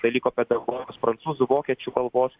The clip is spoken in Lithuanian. dalyko pedagogikos prancūzų vokiečių kalbos